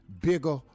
bigger